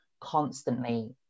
constantly